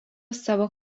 savo